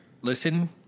listen